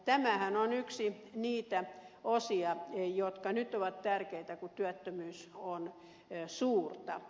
tämähän on yksi niitä osia jotka nyt ovat tärkeitä kun työttömyys on suurta